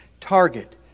target